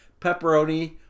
pepperoni